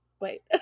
Wait